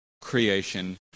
creation